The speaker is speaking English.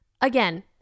again